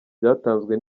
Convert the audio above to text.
byatanzwe